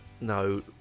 no